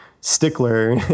stickler